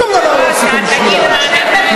שום דבר לא עשיתם בשבילם, תתביישו לכם.